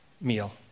meal